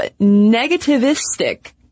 negativistic